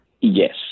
Yes